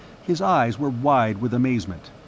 his eyes were wide with amazement,